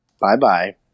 Bye-bye